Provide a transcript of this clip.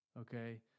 Okay